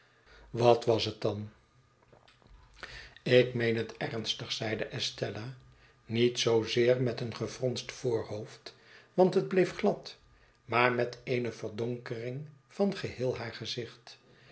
wat was het dan ik meen het ernstig zeide estella niet zoozeer met een gefronst voorhoofd want het bleef glad maar met eene verdonkering van geheel haar gezicht